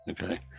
okay